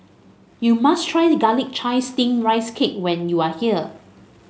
you must try Garlic Chives Steamed Rice Cake when you are here